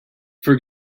for